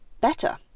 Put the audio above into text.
better